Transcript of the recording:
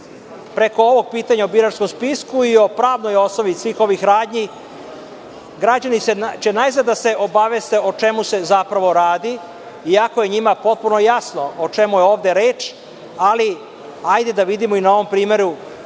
ovog pitanja o biračkom spisku i o pravnoj osnovi svih ovih radnji, građani će najzad da se obaveste o čemu se zapravo radi, i ako je njima potpuno jasno o čemu je ovde reč, ali hajde da vidimo i na ovom primeru